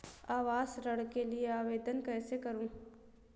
आवास ऋण के लिए आवेदन कैसे करुँ?